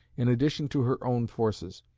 in addition to her own forces.